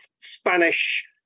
Spanish